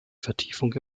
vertiefung